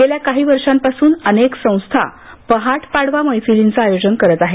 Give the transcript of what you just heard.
गेल्या काही वर्षांपासुन अनेक संस्था पहाट पाडवा मैफिलींचं आयोजन करत आहेत